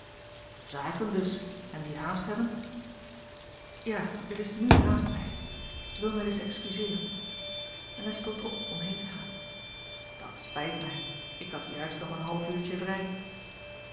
zaken dus en die haast hebben ja er is n haast bij wil mij dus excuseeren en hij stond op om heen te gaan dat spijt mij ik had juist nog een half uurtje vrij